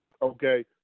Okay